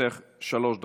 לרשותך שלוש דקות.